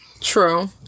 true